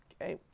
Okay